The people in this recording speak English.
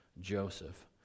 Joseph